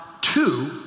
two